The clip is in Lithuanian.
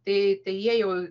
tai jie jau